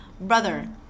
Brother